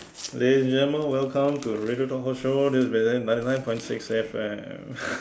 ladies and gentleman welcome to the radio talk show this minute ninety nine point six F_M